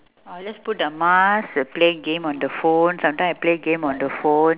or just put a mask you play game on the phone sometime I play game on the phone